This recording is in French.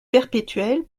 perpétuelle